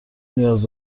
نیاز